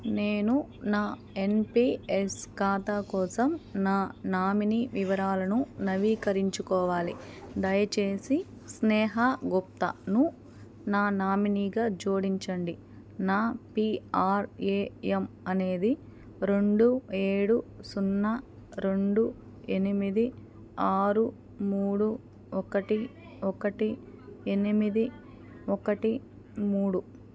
నేను నా ఎన్పిఎస్ ఖాతా కోసం నా నామినీ వివరాలను నవీకరించుకోవాలి దయచేసి స్నేహా గుప్తాను నా నామినీగా జోడించండి నా పీఆర్ఏఎం అనేది రెండు ఏడు సున్నా రెండు ఎనిమిది ఆరు మూడు ఒకటి ఒకటి ఎనిమిది ఒకటి మూడు